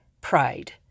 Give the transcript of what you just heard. pride